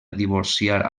divorciar